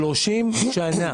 כבר 30 שנים.